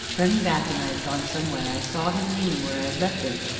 turning back when i had gone some way, i saw him leaning where i had left him,